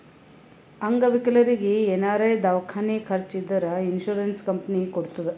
ಅಂಗವಿಕಲರಿಗಿ ಏನಾರೇ ದವ್ಕಾನಿ ಖರ್ಚ್ ಇದ್ದೂರ್ ಇನ್ಸೂರೆನ್ಸ್ ಕಂಪನಿ ಕೊಡ್ತುದ್